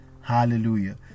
Hallelujah